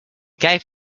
gave